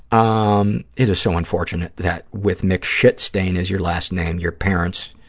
um it is so unfortunate that with mcshitstain as your last name, your parents